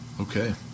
Okay